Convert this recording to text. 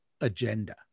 agenda